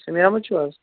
سمیٖم احمد چھُو حظ